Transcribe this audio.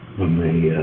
when they